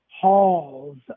halls